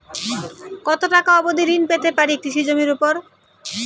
কত টাকা অবধি ঋণ পেতে পারি কৃষি জমির উপর?